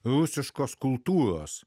rusiškos kultūros